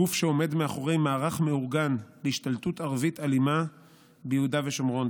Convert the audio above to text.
גוף שעומד מאחורי מערך מאורגן להשתלטות ערבית אלימה ביהודה ושומרון,